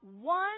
one